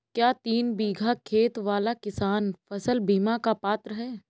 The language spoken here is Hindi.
क्या तीन बीघा खेत वाला किसान फसल बीमा का पात्र हैं?